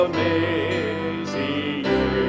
Amazing